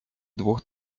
двух